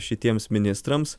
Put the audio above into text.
šitiems ministrams